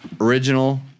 original